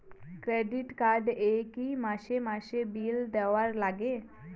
Credit card এ কি মাসে মাসে বিল দেওয়ার লাগে?